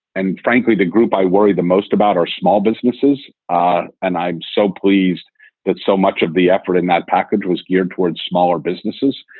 and frankly, the group i worry the most about our small businesses. and i'm so pleased that so much of the effort in that package was geared toward smaller businesses.